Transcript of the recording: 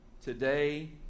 Today